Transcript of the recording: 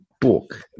book